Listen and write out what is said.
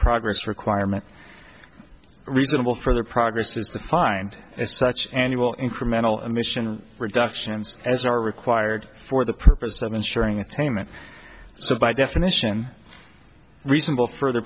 progress requirement reasonable further progress is to find such annual incremental emission reductions as are required for the purpose of insuring attainment so by definition reasonable further